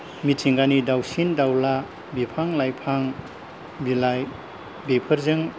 मिथिंगानि दाउसिन दाउला बिफां लाइफां बिलाइ बेफोरजों